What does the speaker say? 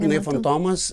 jinai fantomas